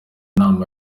inama